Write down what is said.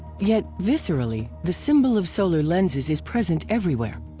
yet, viscerally, the symbol of solar lenses is present everywhere.